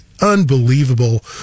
unbelievable